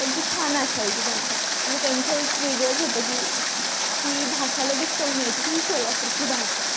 पण ती छान असायची भाषा म्हणजे त्यांचं एक वेगळंच होतं की ती भाषा लगेच कळून यायची की ही सोलापूरची भाषा आहे